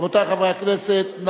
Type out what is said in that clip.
רבותי חברי הכנסת,